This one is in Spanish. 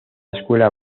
escuela